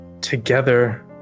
Together